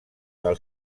del